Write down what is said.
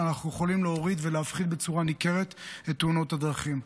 אנחנו יכולים להוריד ולהפחית בצורה ניכרת את תאונות הדרכים.